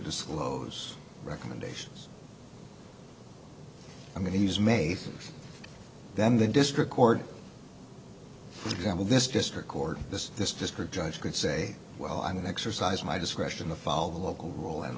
disclose recommendations i mean he's made them the district court for example this district court this this district judge could say well i'm an exercise my discretion the fall the local role and